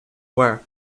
were